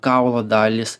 kaulo dalys